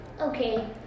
Okay